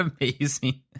amazing